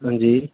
ਹਾਂਜੀ